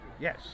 Yes